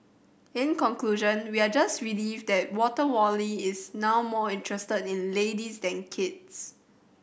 in conclusion we are just relieved that Water Wally is now more interested in ladies than kids